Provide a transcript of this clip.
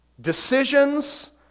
decisions